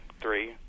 three